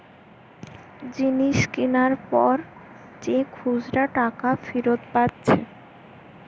জিনিস কিনার পর যে খুচরা টাকা ফিরত পাচ্ছে